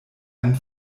einen